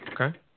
Okay